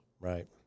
Right